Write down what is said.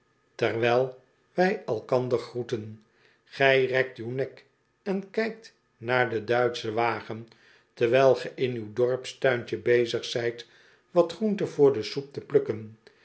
terwijl wij elkander groeten gij rekt uw nek en kijkt naar den duitschen wagen terwijl ge in uw dorpstuintje bezig zijt wat groente voor de soep te plukken